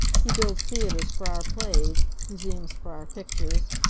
he builds theatres for our plays, museums for our pictures,